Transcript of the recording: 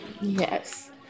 Yes